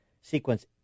sequence